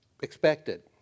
expected